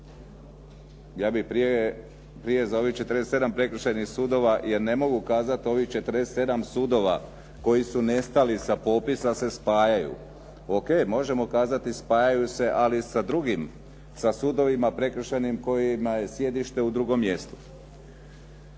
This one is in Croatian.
Ja bih prije za ovih 47 prekršajnih sudova, jer ne mogu kazati ovih 47 sudova koji su nestali sa popisa se spajaju. O.k. možemo kazati spajaju se ali sa drugim sudovima prekršajnim kojima je sjedište u drugom mjestu.